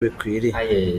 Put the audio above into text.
bikwiriye